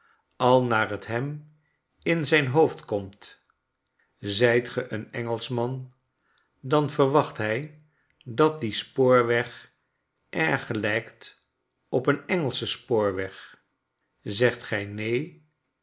al naar t hem in zijn hoofd komt zijt ge een engelschman dan verwacht hij dat die spoorweg erg gelijkt op een engelschen spoorweg zegt gij neen